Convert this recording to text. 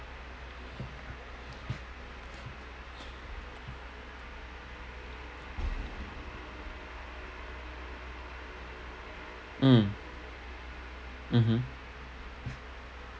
mm mmhmm